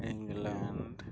England